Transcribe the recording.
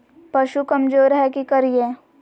पशु कमज़ोर है कि करिये?